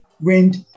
wind